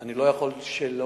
אני לא יכול שלא